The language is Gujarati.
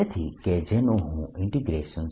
તેથી કે જેનું હું Jr